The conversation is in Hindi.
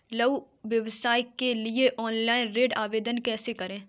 लघु व्यवसाय के लिए ऑनलाइन ऋण आवेदन कैसे करें?